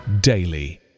daily